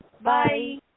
Bye